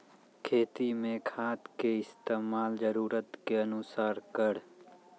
खेती मे खाद के इस्तेमाल जरूरत के अनुसार करऽ